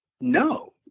No